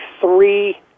three